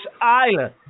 island